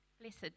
Blessed